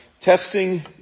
testing